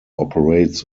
operates